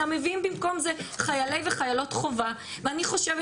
אלא מביאים במקום זה חיילי וחיילות חובה ואני חושבת